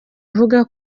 avuga